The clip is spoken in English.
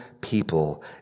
people